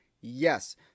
Yes